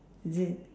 is it